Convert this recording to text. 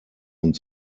und